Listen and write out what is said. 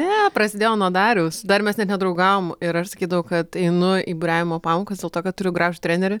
ne prasidėjo nuo dariaus dar mes net nedraugavom ir aš sakydavau kad einu į buriavimo pamokas dėl to kad turiu gražų trenerį